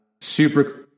super –